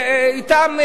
אתם,